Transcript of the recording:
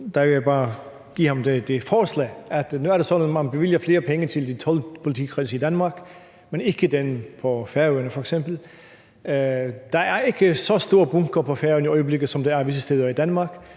et forslag. Nu er det sådan, at man bevilger flere penge til de 12 politikredse i Danmark, men f.eks. ikke til den på Færøerne. Der er ikke så store bunker på Færøerne i øjeblikket, som der er visse steder i Danmark,